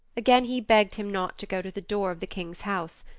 again he begged him not to go to the door of the king's house.